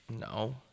No